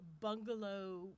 bungalow